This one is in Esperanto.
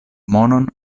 monon